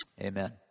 amen